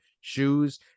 shoes